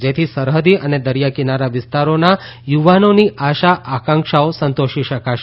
જેથી સરહદી અને દરિયાકિનારા વિસ્તારોના યુવાનોની આશા આકાંક્ષાઓ સંતોષી શકાશે